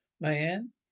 Mayan